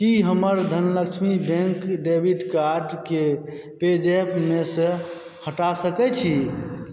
की हमर Dhanlaxmi bank debit card के PayZapp मेसँ हटा सकैत छी